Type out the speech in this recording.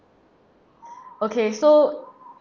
okay so